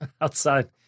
outside